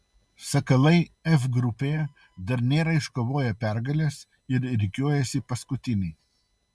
sakalai f grupėje dar nėra iškovoję pergalės ir rikiuojasi paskutiniai